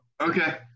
Okay